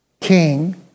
king